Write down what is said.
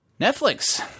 Netflix